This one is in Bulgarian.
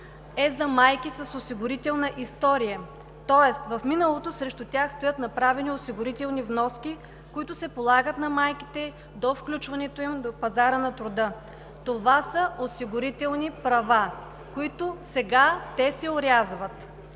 е за майки с осигурителна история, тоест в миналото срещу тях стоят направени осигурителни вноски, които се полагат на майките до включването им в пазара на труда. Това са осигурителни права, които сега се орязват.